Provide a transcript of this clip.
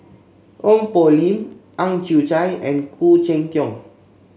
Ong Poh Lim Ang Chwee Chai and Khoo Cheng Tiong